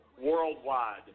worldwide